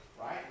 right